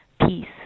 peace